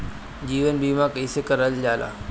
जीवन बीमा कईसे करल जाला?